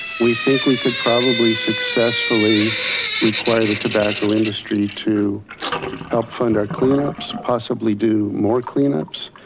we think we could probably successfully require the tobacco industry to help fund our clean ups, possible do more clean ups,